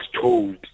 told